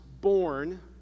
born